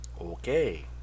Okay